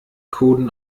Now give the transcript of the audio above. coden